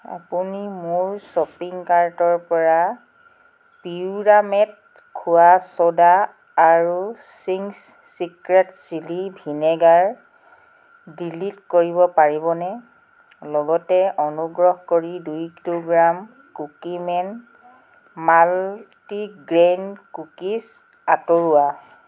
আপুনি মোৰ শ্বপিং কাৰ্টৰ পৰা পিউৰামেট খোৱা ছ'ডা আৰু Ching's secret chilli vinegar delete কৰিব পাৰিবনে লগতে অনুগ্ৰহ কৰি দুই কিলোগ্ৰাম কুকিমেন মাল্টিগ্ৰেইন কুকিজ আঁতৰোৱা